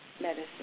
medicine